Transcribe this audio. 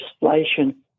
legislation